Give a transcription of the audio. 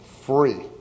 free